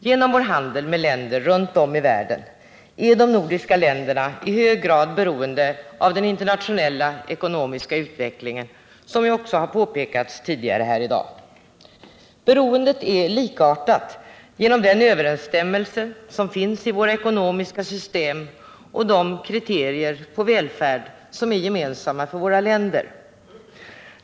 Genom handeln med länder runt om i världen är de nordiska länderna i hög grad beroende av den internationella ekonomiska utvecklingen, som också har påpekats tidigare här i dag. Beroendet är likartat genom den överensstämmelse som finns i våra ekonomiska system och de kriterier på välfärd som är gemensamma för våra länder.